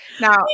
now